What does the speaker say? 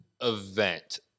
event